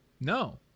No